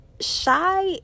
Shy